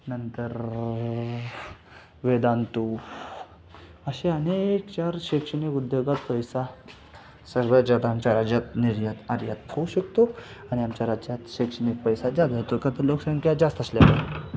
नंतर वेदांतू असे अनेक शैक्षणिक उद्योगात पैसा सगळ्यात जादा आमच्या राज्यात निर्यात आयात होऊ शकतो आणि आमच्या राज्यात शैक्षणिक पैसा जादा येतो का तर लोकसंख्या जास्त असल्यामुळे